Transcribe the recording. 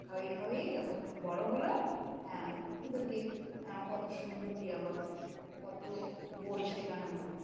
খাওয়য়ে খাওয়য়ে যখন বড়ো হলো হ্যাঁ ওদেরকে কত সুন্দর টিয়া বাকি কত বলো শেখানো হলো